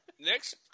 Next